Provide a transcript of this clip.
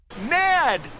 Ned